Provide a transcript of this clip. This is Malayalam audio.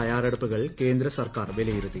തയ്യാറെടുപ്പുകൾ കേന്ദ്ര സർക്കാർ വിലയിരുത്തി